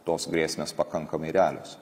tos grėsmės pakankamai realios